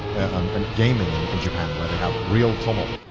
um in gaming and in japan where they have real tummul.